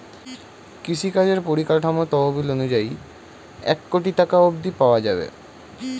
কৃষিকাজের পরিকাঠামো তহবিল অনুযায়ী এক কোটি টাকা অব্ধি পাওয়া যাবে